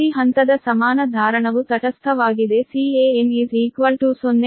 ಪ್ರತಿ ಹಂತದ ಸಮಾನ ಧಾರಣವು ತಟಸ್ಥವಾಗಿದೆ Can 0